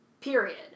period